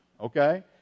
okay